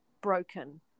broken